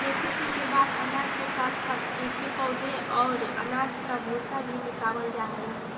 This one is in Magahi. खेती के बाद अनाज के साथ साथ सूखे पौधे और अनाज का भूसा भी निकावल जा हई